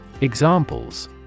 Examples